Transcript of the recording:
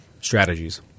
strategies